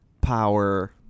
power